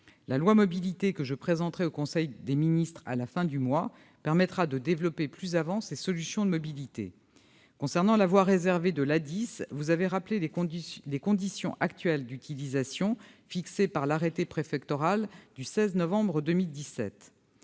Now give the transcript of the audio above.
des mobilités, que je présenterai au conseil des ministres à la fin du mois, permettra de développer plus avant ces solutions de mobilité. Concernant la voie réservée de l'A10, vous avez rappelé les conditions actuelles d'utilisation, fixées par l'arrêté préfectoral du 16 novembre 2017.